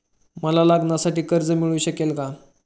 मला लग्नासाठी कर्ज मिळू शकेल का?